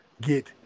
get